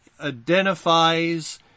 identifies